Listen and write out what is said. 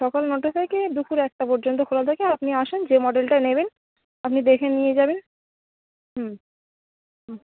সকাল নটা থেকে দুপুর একটা পর্যন্ত খোলা থাকে আপনি আসুন যে মডেলটা নেবেন আপনি দেখে নিয়ে যাবেন হুম হুম